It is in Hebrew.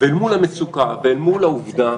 ומול המצוקה ומול העובדה